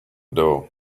door